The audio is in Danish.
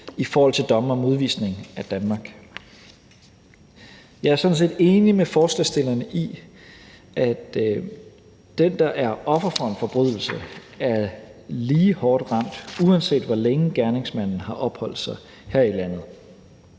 i forhold til domme om udvisning af Danmark. Jeg er sådan set enig med forslagsstillerne i, at den, der er offer for en forbrydelse, er lige hårdt ramt, uanset hvor længe gerningsmanden har opholdt sig her i landet.